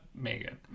Megan